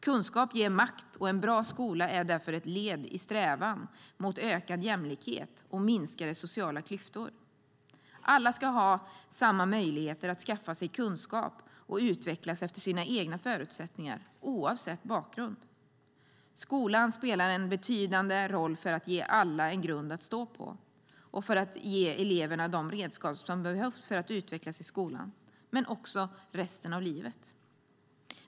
Kunskap ger makt, och en bra skola är därför ett led i strävan mot ökad jämlikhet och minskade sociala klyftor. Alla ska ha samma möjligheter att skaffa sig kunskap och att utvecklas efter sina egna förutsättningar och oavsett bakgrund. Skolan spelar en betydande roll för att ge alla en grund att stå på och för att ge eleverna de redskap som behövs för att utvecklas i skolan men också i resten av livet.